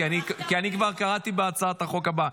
כי אני כבר קראתי בהצעת החוק הבאה.